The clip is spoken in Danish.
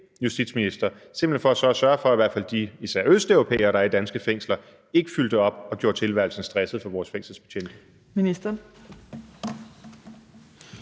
justitsminister, simpelt hen for så at sørge for, at i hvert fald de østeuropæere, der er i danske fængsler, ikke fylder op og gør tilværelsen stresset for vores fængselsbetjente? Kl.